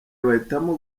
bahitamo